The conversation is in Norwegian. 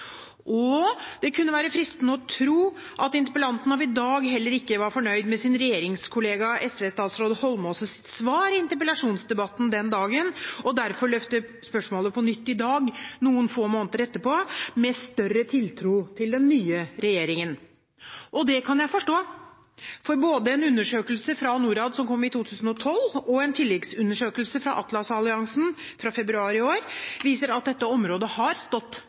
regjeringsmakten. Det kunne være fristende å tro at interpellanten av i dag heller ikke var fornøyd med svaret fra sin regjeringskollega SV-statsråd Holmås i interpellasjonsdebatten den dagen, og derfor løfter spørsmålet på nytt i dag, noen få måneder etterpå, med større tiltro til den nye regjeringen. Det kan jeg forstå, for både en undersøkelse fra Norad som kom i 2012, og en tilleggsundersøkelse fra Atlas-alliansen fra februar i år viser at dette området har stått